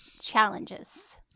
challenges